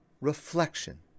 reflection